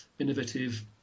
innovative